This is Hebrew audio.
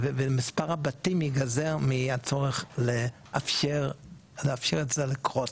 ומספר הבתים ייגזר מהצורך לאפשר לזה לקרות.